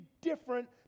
different